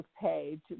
page